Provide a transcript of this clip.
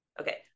Okay